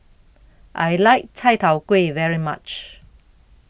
I like Chai Tow Kuay very much